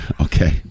okay